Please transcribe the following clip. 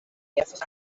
mehrfach